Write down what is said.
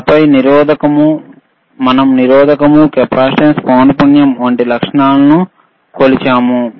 ఆపై మనం నిరోధకము కెపాసిటెన్స్ పౌనపుణ్యం వంటి లక్షణాలను కొలిచాము